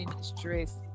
stress